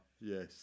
Yes